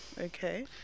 Okay